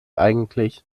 eigentlich